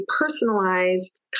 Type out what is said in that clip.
personalized